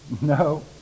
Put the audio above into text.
no